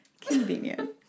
convenient